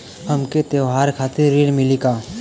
हमके त्योहार खातिर ऋण मिली का?